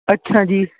ਅੱਛਾ ਜੀ